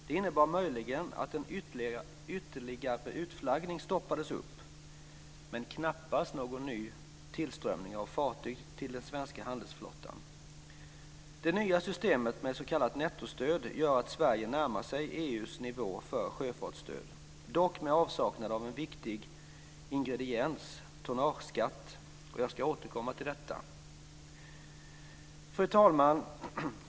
Det innebar möjligen att en ytterligare utflaggning stoppades upp, men knappast någon ny tillströmning av fartyg till den svenska handelsflottan. Det nya systemet med s.k. nettostöd gör att Sverige närmar sig EU:s nivå för sjöfartsstöd, dock med avsaknad av en viktig ingrediens, tonnageskatt. Jag ska återkomma till denna. Fru talman!